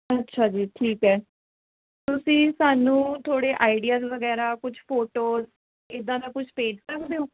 ਅੱਛਾ ਜੀ ਠੀਕ ਹੈ ਤੁਸੀਂ ਸਾਨੂੰ ਥੋੜ੍ਹੇ ਆਈਡੀਆ ਵਗੈਰਾ ਕੁਝ ਫੋਟੋ ਇੱਦਾਂ ਦਾ ਕੁਝ ਭੇਜ ਸਕਦੇ ਹੋ